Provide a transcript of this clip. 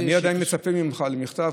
אני עדיין מצפה ממך למכתב,